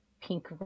pink